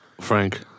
Frank